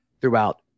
throughout